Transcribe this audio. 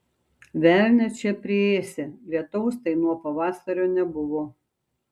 velnią čia priėsi lietaus tai nuo pavasario nebuvo